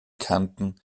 kärnten